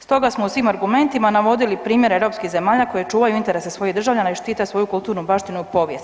Stoga smo u svim argumentima navodili primjere europskih zemalja koje čuvaju interese svojih državljana i štite svoju kulturnu baštinu i povijest.